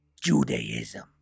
Judaism